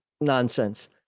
nonsense